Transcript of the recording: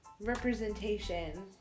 representation